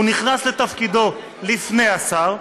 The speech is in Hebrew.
הוא נכנס לתפקידו לפני השר,